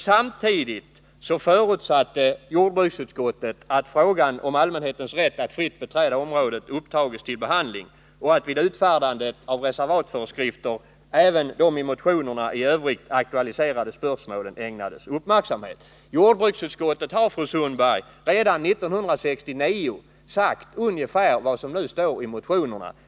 Samtidigt förutsätter jordbruksutskottet att frågan om allmänhetens rätt att fritt beträda området upptas till behandling och att vid utfärdandet av reservatföreskrifter även de i motionerna i övrigt aktualiserade spörsmålen ägnas uppmärksamhet. Jordbruksutskottet har, fru Sundberg, redan 1969 sagt ungefär vad som nu står i motionerna.